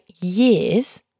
years